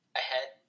ahead